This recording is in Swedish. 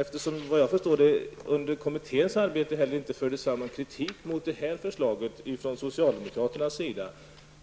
Eftersom det under kommitténs arbete inte fördes fram någon kritik mot detta förslag från socialdemokraternas sida,